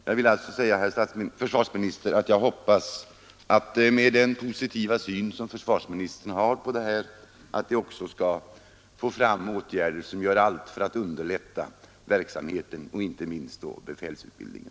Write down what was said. Jag vill hoppas att försvarsministern, med den positiva syn som han har på denna fråga, skall kunna få till stånd åtgärder som kan underlätta verksamheten, inte minst när det gäller befälsutbildningen.